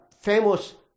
famous